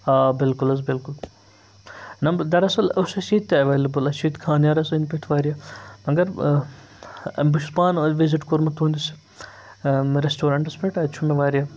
آ بالکُل حظ بالکُل نہ دَراصل اوس اَسہِ ییٚتہِ تہِ اویلیبٕل اَسہِ چھُ ییٚتہِ خانیارس أنٛدۍ پٔٹھۍ واریاہ مگر بہٕ چھُس پانہٕ وِزِٹ کوٚرمُت تُہنٛدِس رٮ۪سٹورَنٹَس پٮ۪ٹھ اَتہِ چھُ مےٚ واریاہ